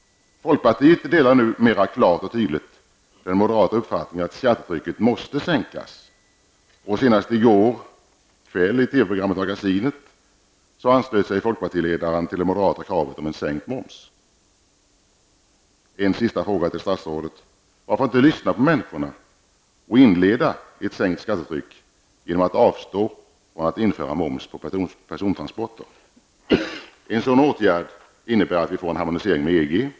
Folkpartiet delar numera klart och tydligt den moderata uppfattningen att skattetrycket måste sänkas, och senast i går kväll i TV-programmet Magasinet anslöt sig folkpartiledaren till det moderata kravet om en sänkt moms. En sista fråga till statsrådet: Varför inte lyssna på människorna och inleda en sänkning av skattetrycket genom att avstå från att införa moms på persontransporter? En sådan åtgärd innebär att vi får en harmonisering med EG.